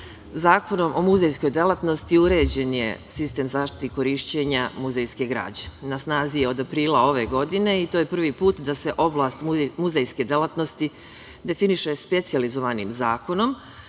Zakonom o muzejskoj delatnosti uređen je sistem zaštite korišćenja muzejske građe. Na snazi je od aprila ove godine i to je prvi put da se oblast muzejske delatnosti definiše specijalizovanim zakonom,